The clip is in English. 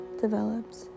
developed